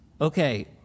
okay